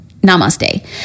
namaste